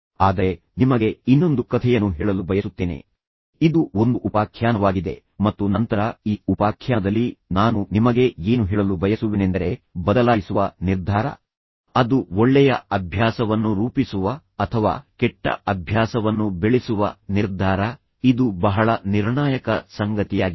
ಆದರೆ ನಾನು ನಿಮಗೆ ಇನ್ನೊಂದು ಕಥೆಯನ್ನು ಹೇಳಲು ಬಯಸುತ್ತೇನೆ ಇದು ಒಂದು ಉಪಾಖ್ಯಾನವಾಗಿದೆ ಮತ್ತು ನಂತರ ಈ ಉಪಾಖ್ಯಾನದಲ್ಲಿ ನಾನು ನಿಮಗೆ ಏನು ಹೇಳಲು ಬಯಸುವೆನೆಂದರೆ ಬದಲಾಯಿಸುವ ನಿರ್ಧಾರ ಅದು ಒಳ್ಳೆಯ ಅಭ್ಯಾಸವನ್ನು ರೂಪಿಸುವ ಅಥವಾ ಕೆಟ್ಟ ಅಭ್ಯಾಸವನ್ನು ಬೆಳೆಸುವ ನಿರ್ಧಾರ ಇದು ಬಹಳ ನಿರ್ಣಾಯಕ ಸಂಗತಿಯಾಗಿದೆ